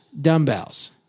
dumbbells